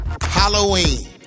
halloween